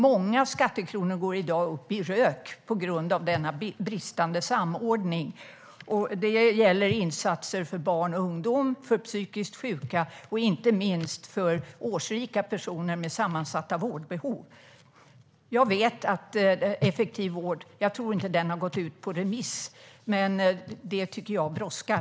Många skattekronor går i dag upp i rök på grund av denna bristande samordning. Det gäller insatser för barn och ungdomar, för psykiskt sjuka och inte minst för årsrika personer med sammansatta vårdbehov. Jag tror inte att utredningen Effektiv vård har gått ut på remiss. Det tycker jag brådskar.